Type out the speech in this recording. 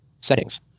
Settings